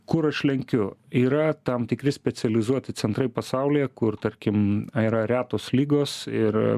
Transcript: kur aš lenkiu yra tam tikri specializuoti centrai pasaulyje kur tarkim yra retos ligos ir